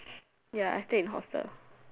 ya I stay in hostel